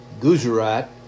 Gujarat